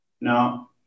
Now